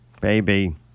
Baby